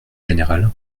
général